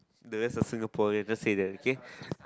the rest are Singaporean just say that okay